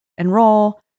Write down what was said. enroll